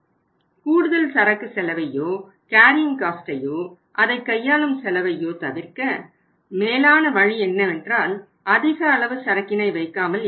கூடுதல் சரக்கு செலவையோ கேரியிங் காஸ்ட்டையோ அதை கையாளும் செலவையோ தவிர்க்க மேலான வழி என்னவென்றால் அதிக அளவு சரக்கினை வைக்காமல் இருப்பது